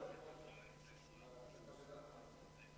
בגדה המערבית.